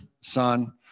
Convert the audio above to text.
son